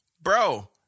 Bro